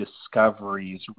discoveries